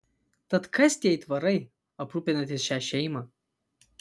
tad kas tie aitvarai aprūpinantys šią šeimą